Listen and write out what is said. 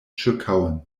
ĉirkaŭen